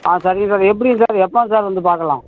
ஆ சரிங்க சார் எப்படிங்க சார் எப்போங்க சார் வந்து பார்க்கலாம்